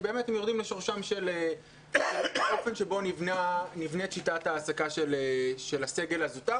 כי הם יורדים לאופן שבו נבנית שיטת ההעסקה של הסגל הזוטר